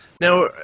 Now